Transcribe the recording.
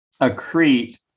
accrete